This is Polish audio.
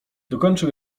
dokończę